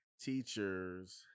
teachers